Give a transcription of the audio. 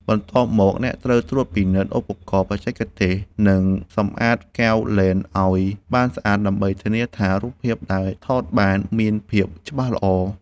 បន្ទាប់មក អ្នកត្រូវត្រួតពិនិត្យឧបករណ៍បច្ចេកទេស និងសម្អាតកែវលែនឱ្យបានស្អាត ដើម្បីធានាថា រូបភាពដែលថតបានមានភាពច្បាស់ល្អ។